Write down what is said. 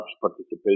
participation